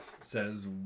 says